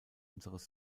unseres